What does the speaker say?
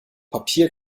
papier